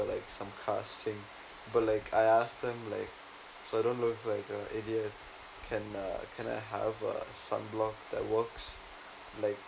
or like some casting but like I ask them like so I don't want to look like an alien can uh can I have a sunblock that works like